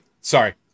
Sorry